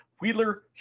Wheeler